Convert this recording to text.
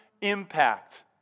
impact